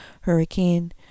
hurricane